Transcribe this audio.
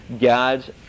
God's